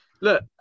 Look